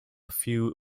few